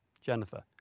Jennifer